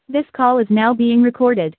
this call is now being recorded